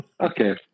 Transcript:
Okay